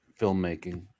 filmmaking